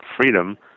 freedom